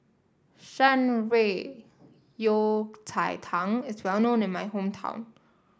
Shan Rui Yao Cai Tang is well known in my hometown